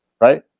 right